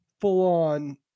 full-on